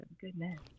Goodness